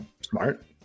Smart